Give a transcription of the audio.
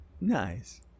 Nice